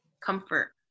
Comfort